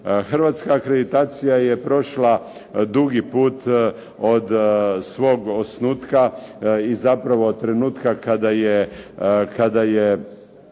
Hrvatska akreditacija je prošla dugi put od svog osnutka i zapravo od trenutka kada je